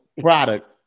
product